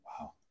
Wow